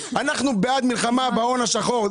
אנחנו בעד מלחמה בהון השחור.